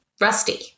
Rusty